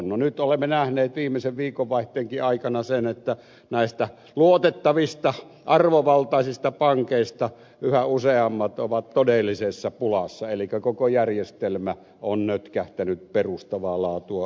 no nyt olemme nähneet viimeisen viikonvaihteenkin aikana sen että näistä luotettavista arvovaltaisista pankeista yhä useammat ovat todellisessa pulassa elikkä koko järjestelmä on nötkähtänyt perustavaa laatua olevalla tavalla